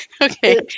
okay